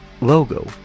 logo